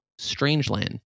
Strangeland